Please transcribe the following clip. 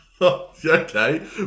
okay